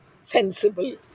sensible